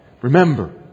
Remember